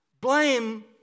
Blame